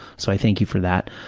so i thank you for that.